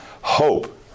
hope